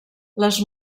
les